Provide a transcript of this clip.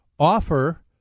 offer